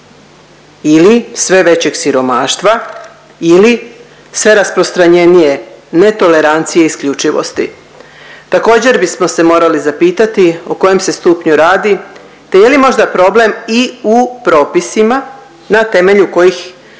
ili sve većeg siromaštva ili sve rasprostranjenije netolerancije isključivosti. Također bismo se morali zapitati o kojem se stupnju radi te je li možda problem i u propisima na temelju kojih